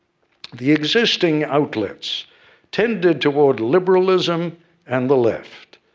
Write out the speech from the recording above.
the existing outlets tended toward liberalism and the left.